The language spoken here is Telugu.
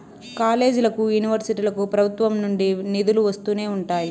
కాలేజీలకి, యూనివర్సిటీలకు ప్రభుత్వం నుండి నిధులు వస్తూనే ఉంటాయి